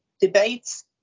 debates